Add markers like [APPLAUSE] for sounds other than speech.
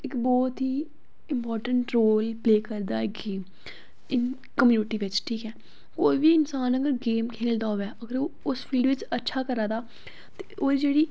rural people दी मतलब की अपिनीयन रौहंदियां न मतलब games on playing games in their community केईं [UNINTELLIGIBLE] रौहंदियां रूरल पीपल्स दी बांडिंग मतलब एक्क बौत ही